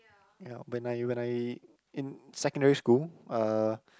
ya when I when I in secondary school uh